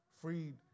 freed